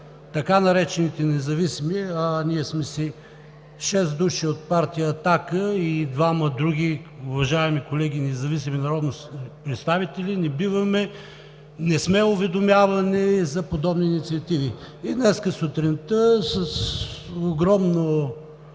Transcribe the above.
–така наречените независими, а ние сме си шест души от партия „Атака“ и двама други уважаеми колеги независими народни представители, не сме уведомявани за подобни инициативи. Днес сутринта с огромно